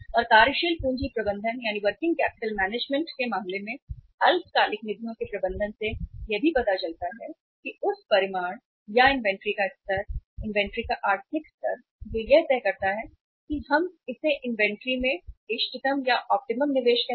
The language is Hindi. और कार्यशील पूंजी प्रबंधन के मामले में अल्पकालिक निधियों के प्रबंधन से यह भी पता चलता है कि उस परिमाण या इन्वेंट्री का स्तर इन्वेंट्री का आर्थिक स्तर जो यह तय किया जा सकता है कि हम इसे इन्वेंट्री में इष्टतम निवेश कहते हैं